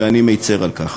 ואני מצר על כך.